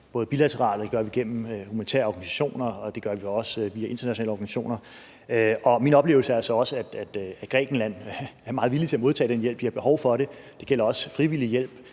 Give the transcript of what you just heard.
både bilateralt, og det gør vi gennem humanitære organisationer, og det gør vi via internationale organisationer. Og min oplevelse er altså også, at Grækenland er meget villig til at modtage den hjælp. De har behov for det. Det gælder også frivillig hjælp.